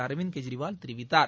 அரவிந்த் கெஜ்ரிவால் தெரிவித்தார்